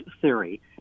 theory